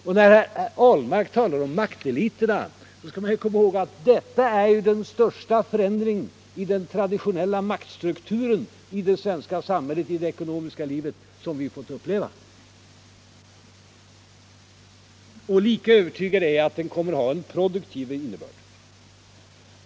Och när herr Ahlmark talar om makteliterna skall man komma ihåg att detta är den största förändring i den traditionella maktstrukturen i det svenska samhället och i det ekonomiska livet som vi fått uppleva. Lika övertygad är jag att den kommer att ha en produktiv innebörd.